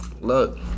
look